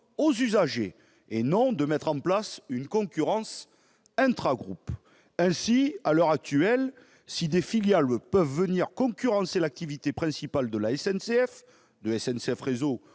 aux usagers, et non de mettre en place une concurrence intragroupe. Ainsi, à l'heure actuelle, si des filiales peuvent venir concurrencer l'activité principale de la SNCF, de SNCF Réseau